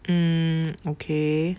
mm okay